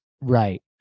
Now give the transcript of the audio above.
Right